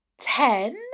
ten